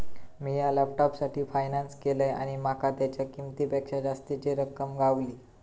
मिया लॅपटॉपसाठी फायनांस केलंय आणि माका तेच्या किंमतेपेक्षा जास्तीची रक्कम गावली